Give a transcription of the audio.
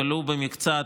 ולו במקצת,